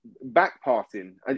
back-passing